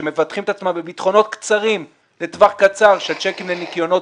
שמבטחים את עצמם בביטחונות קצרים לטווח קצר של צ'קים לניכיונות,